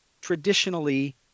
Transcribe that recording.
traditionally